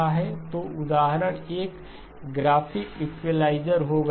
तो उदाहरण एक ग्राफिक इक्वलाइज़र होगा